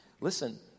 Listen